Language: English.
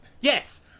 Yes